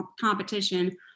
competition